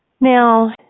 Now